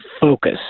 focus